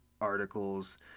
articles